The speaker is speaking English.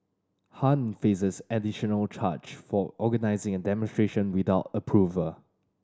Han faces an additional charge for organising a demonstration without approval